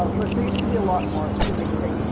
ah but there used to be a lot more. it was a big thing.